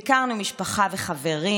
ביקרנו משפחה וחברים,